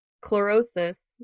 Chlorosis